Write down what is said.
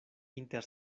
inter